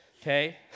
okay